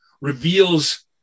reveals